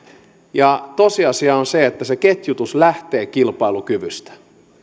ja tosiasia on se että se ketjutus lähtee kilpailukyvystä